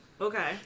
Okay